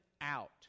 out